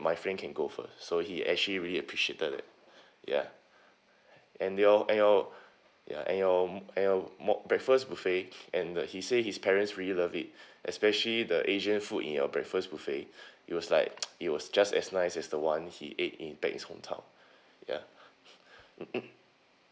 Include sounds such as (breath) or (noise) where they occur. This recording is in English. my friend can go first so he actually really appreciated ya and your and your ya and your and your breakfast buffet and the he said his parents really love it especially the asian food in your breakfast buffet it was like (noise) it was just as nice as the one he ate in back his hometown ya (breath) mm mm